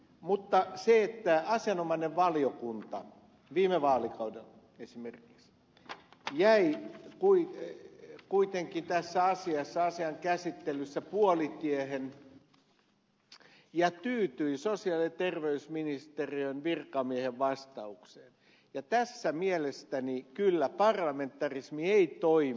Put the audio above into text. mutta kun asianomainen valiokunta viime vaalikaudella esimerkiksi jäi kuitenkin tässä asiassa asian käsittelyssä puolitiehen ja tyytyi sosiaali ja terveysministeriön virkamiehen vastaukseen niin tässä mielestäni kyllä parlamentarismi ei toimi